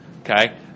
Okay